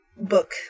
book